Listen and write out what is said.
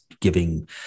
giving